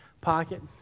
pocket